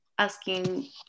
asking